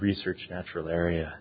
research natural area